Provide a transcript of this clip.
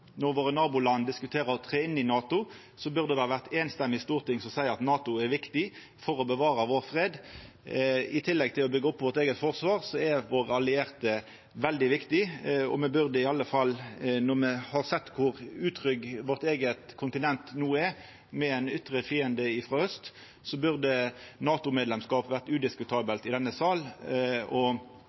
Når våre naboland diskuterer å tre inn i NATO, burde det ha vore eit samrøystes storting som seier at NATO er viktig for å bevara vår fred. I tillegg til å byggja opp vårt eige forsvar, er våre allierte veldig viktige. Når me har sett kor utrygt vår eige kontinent no er, med ein ytre fiende frå aust, burde NATO-medlemskap vore udiskutabelt i denne sal. Derfor har Framstegspartiet tydelege merknadar som anerkjenner kor viktig NATO er for vår fred og